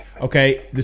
Okay